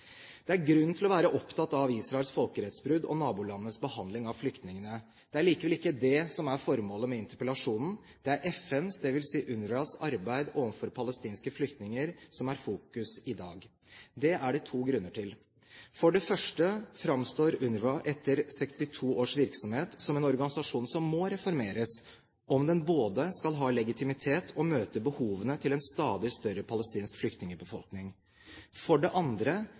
Det er grunn til å være opptatt av Israels folkerettsbrudd og nabolandenes behandling av flyktningene. Det er likevel ikke det som er formålet med interpellasjonen. Det er FNs, dvs. UNRWAs, arbeid overfor palestinske flyktninger som er i fokus i dag. Det er det to grunner til. For det første framstår UNRWA – etter 62 års virksomhet – som en organisasjon som må reformeres om den både skal ha legitimitet og møte behovene til en stadig større palestinsk flyktningbefolkning. For det andre